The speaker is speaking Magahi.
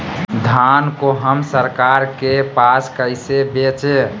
धान को हम सरकार के पास कैसे बेंचे?